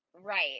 Right